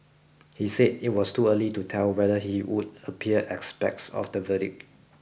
he said it was too early to tell whether he would appear aspects of the verdict